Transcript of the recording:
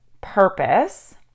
purpose